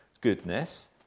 goodness